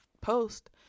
post